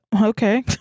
Okay